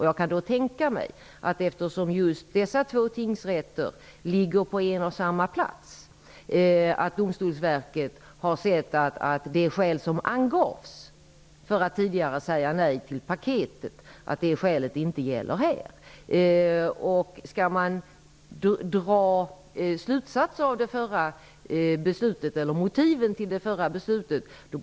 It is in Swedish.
Jag kan tänka mig att Domstolsverket har ansett att de skäl som tidigare angavs för att säga nej till paketet inte gäller här, eftersom just dessa två tingsrätter ligger på en och samma plats.